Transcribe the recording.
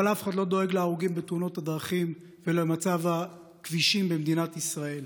אבל אף אחד לא דואג להרוגים בתאונות הדרכים ולמצב הכבישים במדינת ישראל.